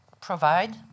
provide